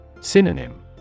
Synonym